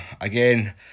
again